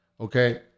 Okay